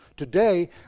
Today